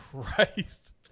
Christ